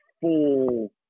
full